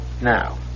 now